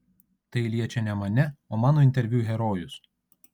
tai liečia ne mane o mano interviu herojus